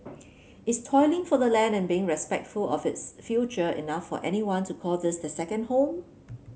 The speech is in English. is toiling for the land and being respectful of its future enough for anyone to call this the second home